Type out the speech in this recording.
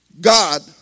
God